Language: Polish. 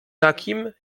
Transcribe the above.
takim